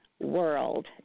world